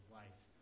life